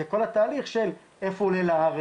זה כל התהליך שלאיפה הוא עולה לארץ,